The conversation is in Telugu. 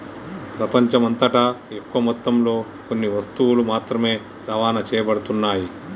ప్రపంచమంతటా ఎక్కువ మొత్తంలో కొన్ని వస్తువులు మాత్రమే రవాణా చేయబడుతున్నాయి